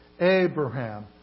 Abraham